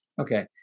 okay